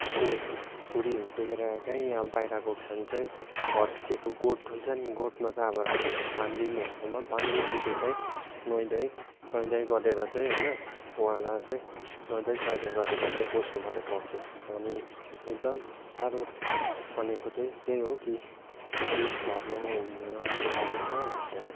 उसको छोरीहरू देखेर काहीँ बाहिर गएको छ भने चाहिँ घरपिछेको गोठ हुन्छ नि गोठमा चाहिँ अब राखिदिन्छ पाँच दिनहरूसम्म पाँच दिनपिछे चाहिँ नुहाइ धुवाइ नुहाइ धुवाइ गरेर चाहिँ होइन उहाँलाई चाहिँ नुहाइ धुवाइ सुवाइ धुवाइ गरेर चाहिँ पस्नु मात्र पाउँछ अनि एकदम साह्रो भनेको चाहिँ त्यही हो कि उइस धर्ममा हुनु अलिक साह्रो छ अन्त